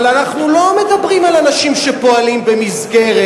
אבל אנחנו לא מדברים על אנשים שפועלים במסגרת.